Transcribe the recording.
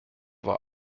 war